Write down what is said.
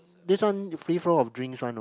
this one free flow of drinks one know